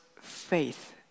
faith